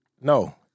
No